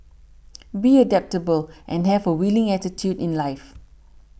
be adaptable and have a willing attitude in life